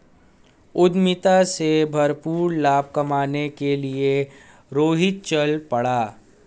उद्यमिता से भरपूर लाभ कमाने के लिए रोहित चल पड़ा